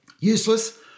Useless